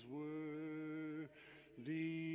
worthy